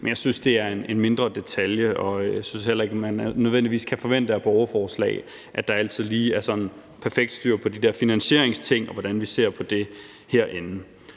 Men jeg synes, det er en mindre detalje, og jeg synes heller ikke, at man nødvendigvis kan forvente af borgerforslag, at der altid lige er sådan perfekt styr på de der finansieringsting, og hvordan vi ser på det herinde.